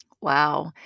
Wow